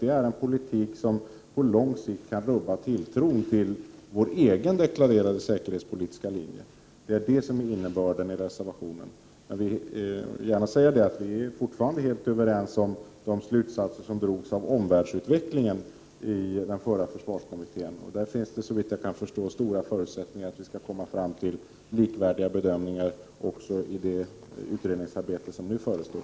Detta är en politik som på lång sikt kan rubba tilltron till vår egen deklarerade säkerhetspolitiska linje. Det är detta som är innebörden i reservationen. Jag vill gärna säga att vi fortfarande är helt överens om de slutsatser som den förra försvarskommittén drog av omvärldsutvecklingen. På den punkten finns det, såvitt jag förstår, goda förutsättningar att vi skall komma fram till samstämmiga bedömningar även i det utredningsarbete som nu förestår.